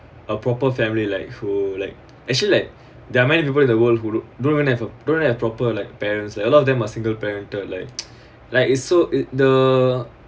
a proper family like who like actually like there are many people in the world who don't even have don't even have proper like parents a lot of them are single parented like like it's so the